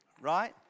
Right